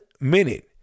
minute